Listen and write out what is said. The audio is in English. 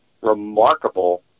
remarkable